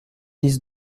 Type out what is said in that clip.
dix